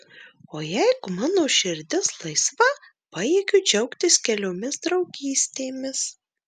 o jeigu mano širdis laisva pajėgiu džiaugtis keliomis draugystėmis